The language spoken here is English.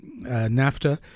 NAFTA